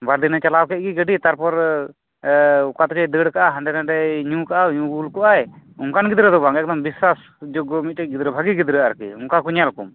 ᱵᱟᱨᱫᱤᱱᱮᱭ ᱪᱟᱞᱟᱣ ᱠᱮᱫ ᱜᱮ ᱜᱟᱹᱰᱤ ᱛᱟᱨᱯᱚᱨ ᱚᱠᱟᱛᱮᱪᱚᱭ ᱫᱟᱹᱲ ᱠᱟᱜᱼᱟ ᱦᱟᱸᱰᱮᱼᱱᱟᱰᱮᱭ ᱧᱩ ᱠᱟᱜᱼᱟ ᱧᱩ ᱵᱩᱞ ᱠᱚᱜᱼᱟᱭ ᱚᱱᱠᱟᱱ ᱜᱤᱫᱽᱨᱟᱹ ᱫᱚ ᱵᱟᱝ ᱮᱠᱫᱚᱢ ᱵᱤᱥᱥᱟᱥᱡᱳᱜᱽᱜᱚ ᱜᱤᱫᱽᱨᱟᱹ ᱮᱠᱫᱚᱢ ᱵᱷᱟᱹᱜᱤ ᱜᱤᱫᱽᱨᱟᱹ ᱟᱨᱠᱤ ᱚᱱᱠᱟᱱ ᱠᱚ ᱧᱮᱞ ᱠᱚᱢ